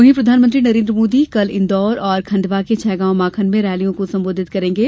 वहीं प्रधानमंत्री नरेन्द्र मोदी कल इन्दौर और खंडवा के छैगॉवमाखन में रैलियों को संबोधित करेंगे